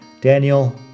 Daniel